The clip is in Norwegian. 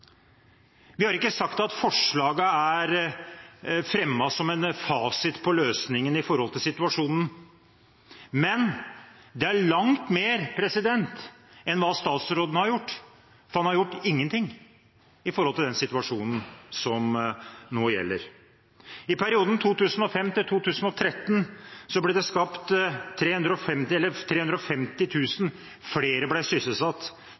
Vi har ikke sagt at forslagene er fremmet som en fasit på løsningen når det gjelder situasjonen, men det er langt mer enn hva statsråden har gjort, for han har gjort ingenting med tanke på den situasjonen som nå gjelder. I perioden 2005–2013 ble 350 000 flere sysselsatt, 200 000 flere sysselsatt i privat sektor – det til